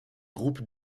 groupe